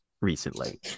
recently